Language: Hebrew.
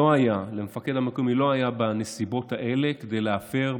למפקד המקומי לא היה בנסיבות האלה כדי להפר,